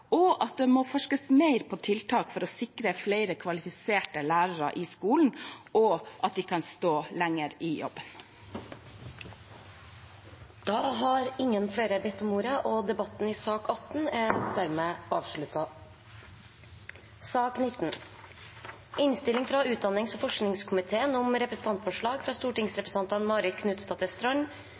at det må forskes mer på tiltak for å sikre flere kvalifiserte lærere i skolen, og at de kan stå lenger i jobben. Flere har ikke bedt om ordet til sak nr. 18. Etter ønske fra utdannings- og forskningskomiteen vil presidenten ordne debatten på følgende måte: 3 minutter til hver partigruppe og